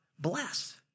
bless